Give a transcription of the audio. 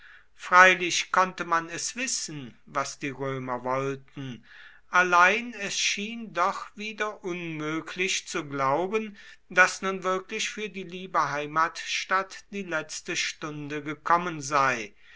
freilich konnte man es wissen was die römer wollten allein es schien doch wieder unmöglich zu glauben daß nun wirklich für die liebe heimatstadt die letzte stunde gekommen sei